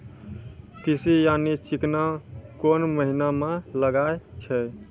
तीसी यानि चिकना कोन महिना म लगाय छै?